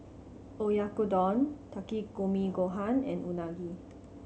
Oyakodon Takikomi Gohan and Unagi